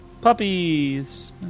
Puppies